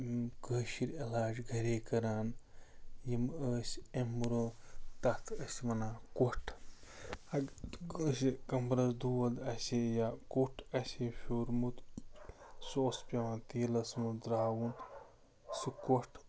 یِم کٲشِر علاج گَرے کَران یِم ٲسۍ اَمہِ برٛونٛہہ تتھ ٲسۍ ونان کۄٹھ اگر کٲنٛسہِ کمبرَس دود آسہِ ہے یا کوٚٹھ آسہِ ہے پھیٛوٗرمُت سُہ اوس پٮ۪وان تیٖلَس مَنٛز ترٛاوُن سُہ کۄٹھ